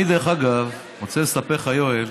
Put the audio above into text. אני, דרך אגב, רוצה לספר לך, יואל,